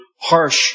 harsh